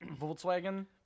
Volkswagen